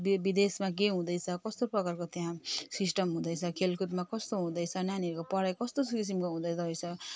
देश विदेशमा के हुँदैछ कस्तो प्रकारको त्यहाँ सिस्टम हुँदैछ खेलकुदमा कस्तो हुँदैछ नानीहरूको पढाइ कस्तो किसिमको हुँदो रहेछ